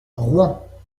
rouen